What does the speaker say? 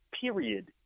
period